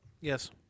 Yes